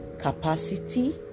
capacity